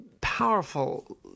powerful